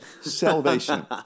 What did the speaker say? salvation